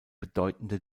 bedeutende